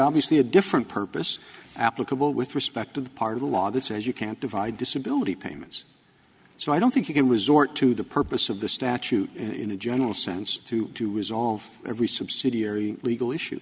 obviously a different purpose applicable with respect to the part of the law that says you can't divide disability payments so i don't think it was sort to the purpose of the statute in a general sense to to resolve every subsidiary legal issue